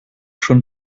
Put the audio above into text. schon